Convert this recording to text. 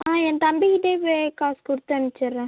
ஆ என் தம்பிக்கிட்டேவே காசு கொடுத்து அனுப்பிச்சிட்றேன்